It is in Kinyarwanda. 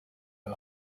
aha